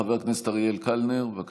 חבר הכנסת אריאל קלנר, בבקשה.